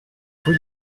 rue